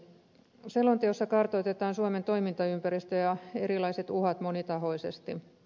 selonteossa kartoitetaan suomen toimintaympäristö ja erilaiset uhat monitahoisesti